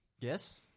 Yes